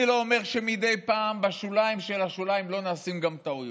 אני לא אומר שמדי פעם בשוליים של השוליים לא נעשות גם טעויות,